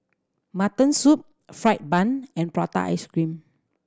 mutton soup fried bun and prata ice cream